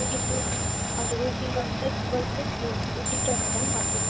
हजुर मिटिङ गरेरै सबैले त्यो टिचरहरूलाई पनि